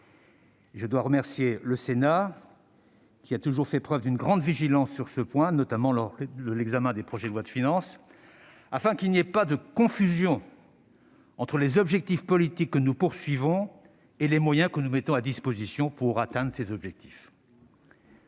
Je dois remercier le Sénat, qui a toujours fait preuve d'une grande vigilance sur ce point, notamment lors de l'examen des projets de loi de finances, afin qu'il n'y ait pas de confusion entre les objectifs politiques que nous visons et les moyens que nous mettons ensuite à disposition pour les atteindre. Cette